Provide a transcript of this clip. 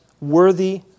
worthy